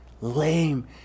lame